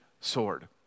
sword